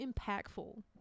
impactful